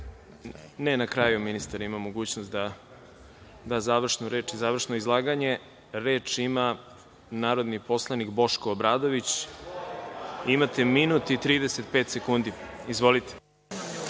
na kraju ima mogućnost da da završnu reč i završno izlaganje. Reč ima narodni poslanik Boško Obradović. Imate minut i 35 sekundi. Izvolite.